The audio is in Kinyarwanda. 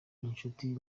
inshuti